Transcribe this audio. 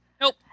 nope